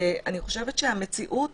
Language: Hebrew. המציאות